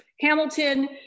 Hamilton